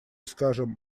скажем